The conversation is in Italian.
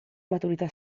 maturità